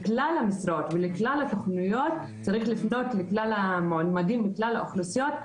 לכלל המשרות ולכלל התכניות צריך לפנות לכלל המועמדים מכלל האוכלוסיות,